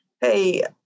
hey